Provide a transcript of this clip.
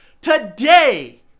Today